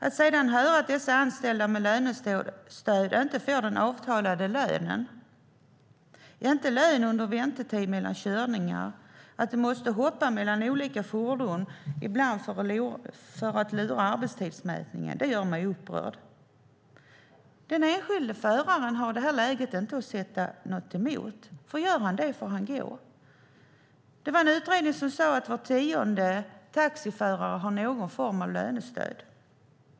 Att sedan höra att dessa anställda med lönestöd inte får ut den avtalade lönen, inte får lön under väntetiden mellan körningarna och att de måste hoppa mellan olika fordon för att lura arbetstidsmätningen gör mig upprörd. Den enskilde föraren har i det här läget ingenting att sätta emot, för gör han det får han gå. I en utredning har det sagts att var tionde taxiförare har någon form av lönestöd.